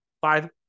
five